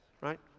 Right